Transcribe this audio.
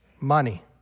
money